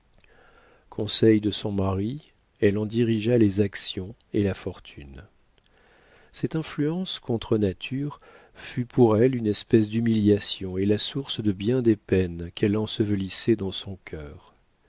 conseil de son mari elle en dirigea les actions et la fortune cette influence contre nature fut pour elle une espèce d'humiliation et la source de bien des peines qu'elle ensevelissait dans son cœur